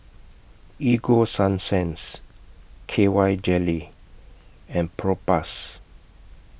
Ego Sunsense K Y Jelly and Propass